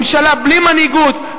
ממשלה בלי מנהיגות,